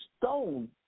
stone